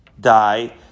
die